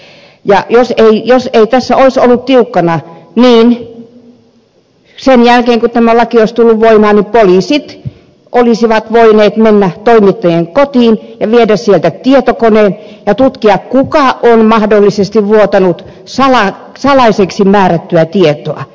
ja jos ei tässä olisi ollut tiukkana niin sen jälkeen kun tämä laki olisi tullut voimaan poliisit olisivat voineet mennä toimittajien kotiin ja viedä sieltä tietokoneen ja tutkia kuka on mahdollisesti vuotanut salaiseksi määrättyä tietoa